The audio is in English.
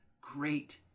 great